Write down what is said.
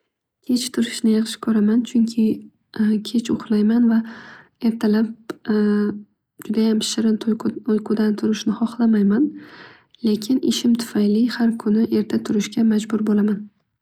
Kech turishni yaxshi ko'raman. Chunki kech uhlayman. Ertalab judayam shirin uyqudan turishni istamayman. Lekin ishim tufayli har kuni erta turishga majbur bo'laman.